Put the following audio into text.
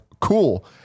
cool